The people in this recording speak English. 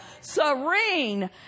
Serene